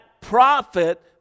prophet